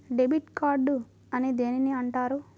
Debit card అని దేనిని అంటారు?